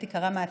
והיא תיקרא מעתה